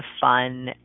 fun